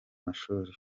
mashuri